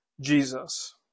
Jesus